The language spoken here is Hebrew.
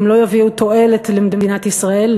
גם לא יביאו תועלת למדינת ישראל,